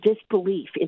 disbelief